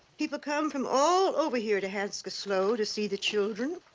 people come from all over here to hanska slough to see the children.